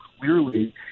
clearly